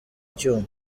icyuma